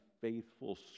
faithful